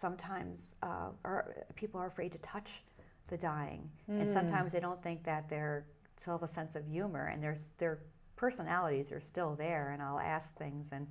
sometimes people are afraid to touch the dying and sometimes they don't think that they're still the sense of humor and there's their personalities are still there and i'll ask things and